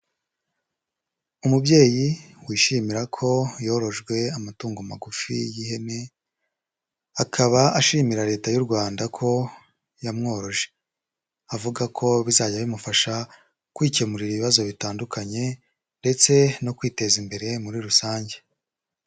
Umubyeyi, wishimira ko yorojwe amatungo magufi y'ihene, akaba ashimira Leta y'u Rwanda ko yamworoje. Avuga ko bizajya bimufasha kwikemurira ibibazo bitandukanye, ndetse no kwiteza imbere muri rusange.